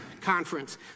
conference